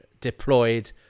deployed